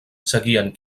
seguien